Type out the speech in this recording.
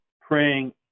praying